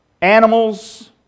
animals